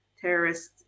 terrorists